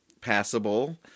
passable